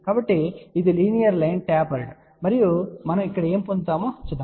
కాబట్టి అంతే ఇది లీనియర్ లైన్ టాపర్డ్ మరియు మనం ఇక్కడ ఏమి పొందుతామో చూద్దాం